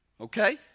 Okay